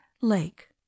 lake